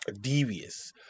devious